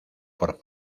por